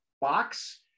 box